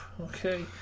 Okay